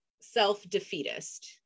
self-defeatist